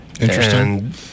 Interesting